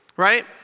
Right